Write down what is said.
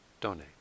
donate